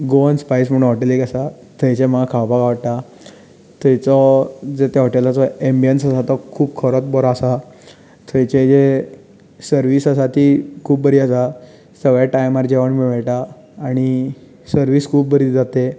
Goan spice म्हणून hotel एक आसा थंयचें म्हाका खावपाक आवडटा थंयचो त्या हॉटेलाचो एमबियंस खूब खरोच बरो आसा थंयचे जे सर्वीस आसा ती खूब बरी आसा सगळें टायमार जेवण बी मेळटा आनी सर्वीस खूब बरी दितात ते